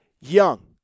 Young